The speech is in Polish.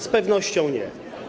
Z pewnością nie.